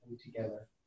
together